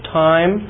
time